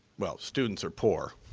well, students are poor.